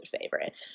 favorite